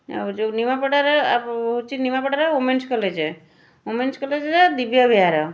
ଆଉ ଯେଉଁ ନିମାପଡ଼ାରେ ଆଉ ହେଉଛି ନିମାପଡ଼ାରେ ଓମେନ୍ସ କଲେଜ୍ ଓମେନ୍ସ କଲେଜ୍ ଯେ ଦିବ୍ୟାବିହାର